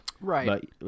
right